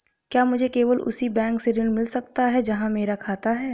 क्या मुझे केवल उसी बैंक से ऋण मिल सकता है जहां मेरा खाता है?